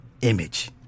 image